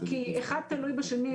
כי אחד תלוי בשני.